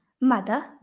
Mother